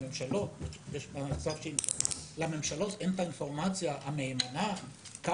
לממשלות אין האינפורמציה המהימנה מה